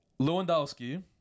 Lewandowski